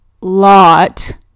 lot